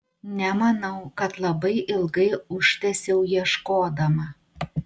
nemanau kad labai ilgai užtęsiau ieškodama